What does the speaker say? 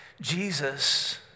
Jesus